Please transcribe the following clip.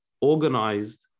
organized